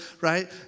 right